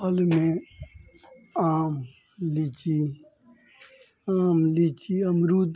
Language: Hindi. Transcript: फल में आम लीची आम लीची अमरूद